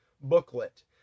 booklet